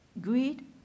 greed